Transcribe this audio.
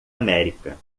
américa